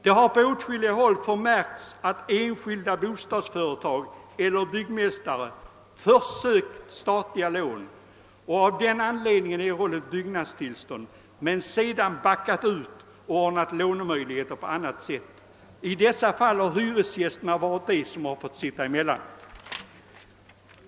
Det har på åtskilliga håll inträffat att enskilda bostadsföretag eller byggmästare först sökt statliga lån och av den anledningen erhållit byggnadstillstånd men sedan backat ut och ordnat lån på annat sätt. I dessa fall har hyresgästerna fått sitta emellan.